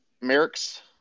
Merrick's